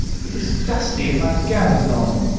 it is dusty, and my gown is long.